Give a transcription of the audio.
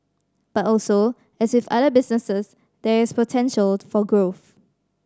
but also as with other businesses there is potential for growth